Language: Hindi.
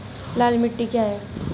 लाल मिट्टी क्या है?